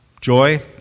joy